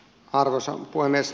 arvoisa puhemies